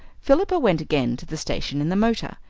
philippa went again to the station in the motor.